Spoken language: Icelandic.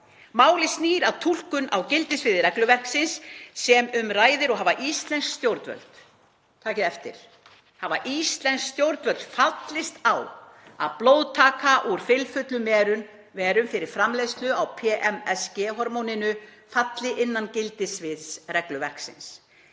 Málið snýr að túlkun á gildissviði regluverksins sem um ræðir og hafa íslensk stjórnvöld“ — takið eftir — „fallist á að blóðtaka úr fylfullum merum fyrir framleiðslu á PMSG/eCG hormóni falli innan gildissviðs regluverksins.